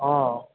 હં